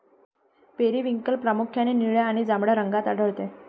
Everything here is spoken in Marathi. पेरिव्हिंकल प्रामुख्याने निळ्या आणि जांभळ्या रंगात आढळते